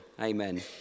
Amen